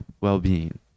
well-being